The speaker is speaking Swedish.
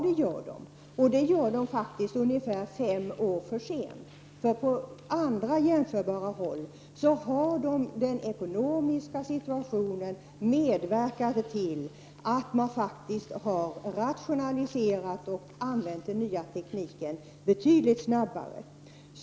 Det håller jag med om, men det är fem år för sent. På andra jämförbara håll har den ekonomiska situationen medverkat till att man faktiskt har rationaliserat och infört den nya tekniken betydligt snabbare.